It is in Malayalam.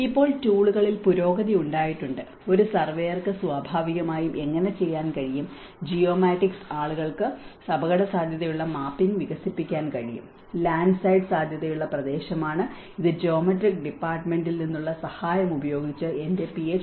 ഇപ്പോൾ ടൂളുകളിൽ പുരോഗതി ഉണ്ടായിട്ടുണ്ട് ഒരു സർവേയർക്ക് സ്വാഭാവികമായും എങ്ങനെ ചെയ്യാൻ കഴിയും ജിയോമാറ്റിക്സ് ആളുകൾക്ക് അപകടസാധ്യതയുള്ള മാപ്പിംഗ് വികസിപ്പിക്കാൻ കഴിയും ലാൻഡ്സൈഡ് സാധ്യതയുള്ള പ്രദേശമാണ് ഇത് ജോമെട്രിക്സ് ഡിപ്പാർട്മെന്റിൽ നിന്നുള്ള സഹായം ഉപയോഗിച്ചു എന്റെ പിഎച്ച്